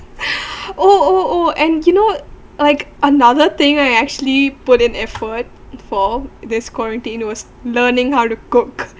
oh oh and you know like another thing right I actually put in effort for this quarantine was learning how to cook